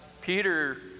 Peter